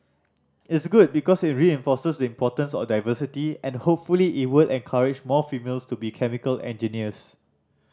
it's good because it reinforces importance of diversity and hopefully it will encourage more females to be chemical engineers